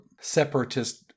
Separatist